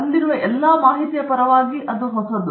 ಅಲ್ಲಿರುವ ಎಲ್ಲಾ ಶರೀರದ ಮಾಹಿತಿಯ ಪರವಾಗಿ ಹೊಸದು